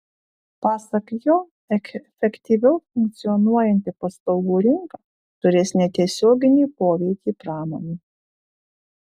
pasak jo efektyviau funkcionuojanti paslaugų rinka turės netiesioginį poveikį pramonei